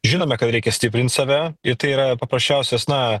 žinome kad reikia stiprint save ir tai yra paprasčiausias na